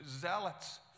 zealots